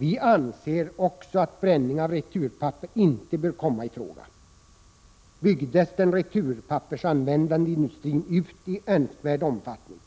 Vi anser också att bränning av returpapper inte bör komma i fråga. Om den returpappersanvändande industrin byggs ut i önskvärd omfattning,